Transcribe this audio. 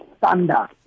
thunder